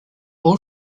all